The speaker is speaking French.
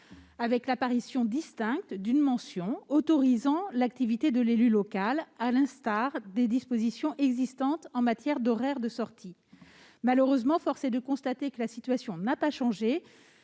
avec l'apparition distincte d'une mention autorisant l'activité de l'élu local, à l'instar des dispositions existantes en matière d'horaires de sortie. Malheureusement, force est de constater que la situation n'a pas changé.